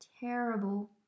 terrible